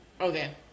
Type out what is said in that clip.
Okay